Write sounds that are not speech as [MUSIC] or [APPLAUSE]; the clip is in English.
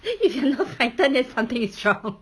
[LAUGHS] if you not frightened then something is wrong [LAUGHS]